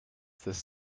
this